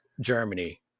Germany